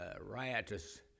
riotous